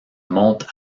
monte